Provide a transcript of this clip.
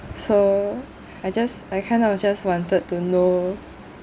so I just I kind of just wanted to know